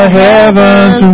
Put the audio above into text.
heavens